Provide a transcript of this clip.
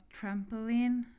trampoline